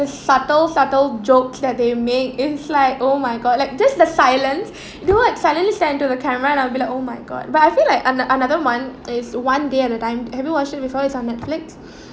subtle subtle jokes that they make is like oh my god like just the silence dude suddenly stare into the camera and I'll be like oh my god but I feel like I'm an~ the another one is one day at a time have you watched it before it's on Netflix